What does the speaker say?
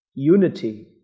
unity